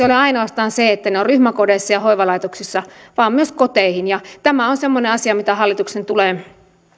ole ainoastaan ryhmäkodeissa ja hoivalaitoksissa vaan että ne menevät myös koteihin ja tämä on semmoinen asia mitä hallituksen tulee